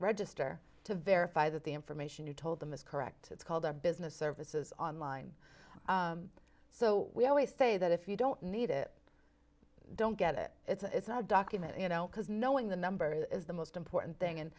register to verify that the information you told them is correct it's called our business services online so we always say that if you don't need it don't get it it's not a document you know because knowing the number is the most important thing and